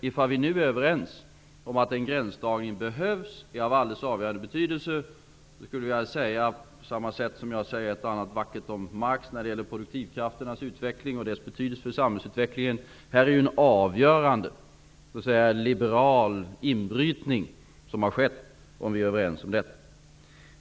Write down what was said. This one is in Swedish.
Ifall vi nu är överens om att en gränsdragning är av alldeles avgörande betydelse, vill jag -- på samma sätt som jag säger ett och annat vackert om Marx när det gäller produktivkrafternas utveckling och betydelse för samhällsutvecklingen -- framhålla att det här har skett en avgörande liberal inbrytning.